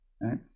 right